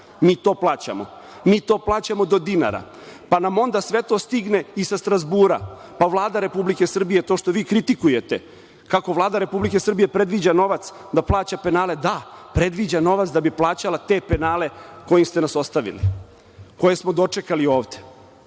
Mi to plaćamo. Mi to plaćamo do dinara. Pa nam onda sve to stigne i sa Strazbura pa Vlada RS, to što vi kritikujete kako Vlada Srbije predviđa novac da plaća penale, da predviđa novac da bi plaćala te penale u koje ste nas ostavili, koje smo dočekali ovde,